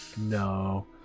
No